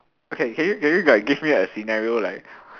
okay can you can you like give me a scenario like